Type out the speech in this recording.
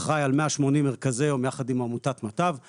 אחראי ביחד עם עמותת ׳מטב׳ על 180 מרכזי יום.